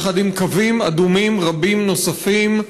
יחד עם קווים אדומים רבים נוספים,